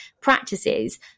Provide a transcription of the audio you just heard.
practices